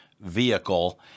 vehicle